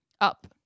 up